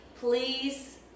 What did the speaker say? Please